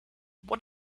what